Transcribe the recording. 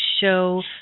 show